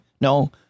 No